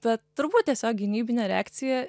bet turbūt tiesiog gynybinė reakcija